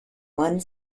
one